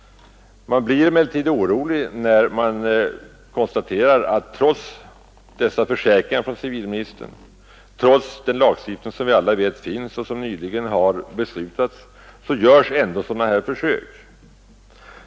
Man blir emellertid orolig när man konstaterar att trots civilministerns försäkringar, trots den lagstiftning som vi alla vet finns och som nyligen har beslutats görs ändå sådana här försök.